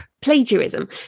plagiarism